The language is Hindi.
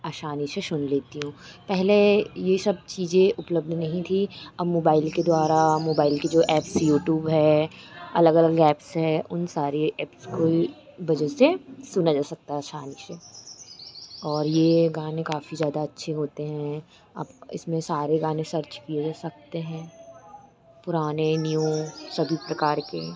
असानी शे सुन लेती हूँ पहले ये सब चीज़ें उपलब्ध नहीं थी अब मोबाइल के द्वारा मोबाइल के जो ऐप्स यूटूब है अलग अलग ऐप्स है उन सारी एप्स कोई बजे से सुना जा सकता है असानी से और ये गाने काफ़ी ज़्यादा अच्छे होते हैं आप इसमें सारे गाने सर्च किए जा सकते हैं पुराने न्यू सभी प्रकार के